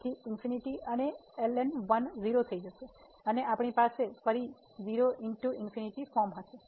તેથી ∞ અને ln1 0 થઈ જશે અને આપણી પાસે ફરી 0 ×∞ ફોર્મ હશે